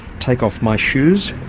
take off my shoes,